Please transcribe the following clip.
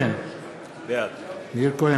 בעד ציפי לבני,